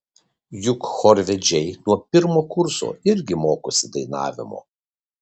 juk chorvedžiai nuo pirmo kurso irgi mokosi dainavimo